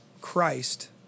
Christ